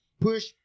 push